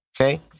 okay